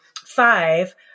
five